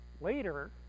later